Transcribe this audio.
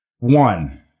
One